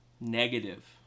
negative